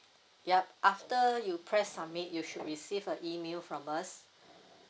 yup after you press submit you should receive a email from us